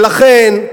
ולכן,